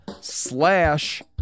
slash